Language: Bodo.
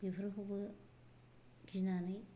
बेफोरखौबो गिनानै